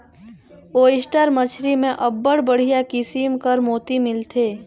oyster मछरी में अब्बड़ बड़िहा किसिम कर मोती मिलथे